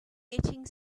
getting